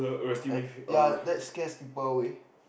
that ya that scares people away